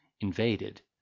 invaded